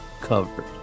covered